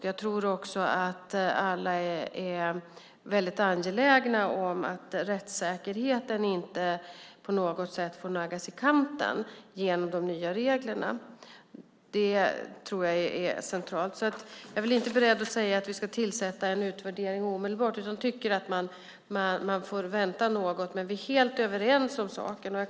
Jag tror att alla är angelägna om att rättssäkerheten inte på något sätt får naggas i kanten genom de nya reglerna. Det är centralt. Jag är inte beredd att säga att vi ska tillsätta en utvärdering omedelbart, utan jag tycker att man får vänta något. Vi är dock helt överens om saken.